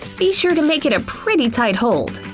be sure to make it a pretty tight hold.